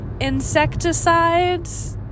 insecticides